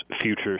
future